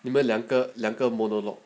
你们两个两个 model 了